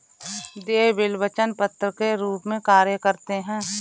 देय बिल वचन पत्र के रूप में कार्य करते हैं